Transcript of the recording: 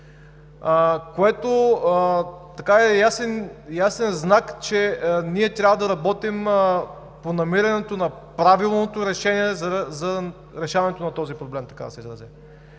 което е ясен знак, че ние трябва да работим по намирането на правилното решение за решаването на този проблем,